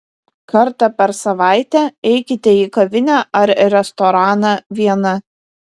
kartą per savaitę eikite į kavinę ar restoraną viena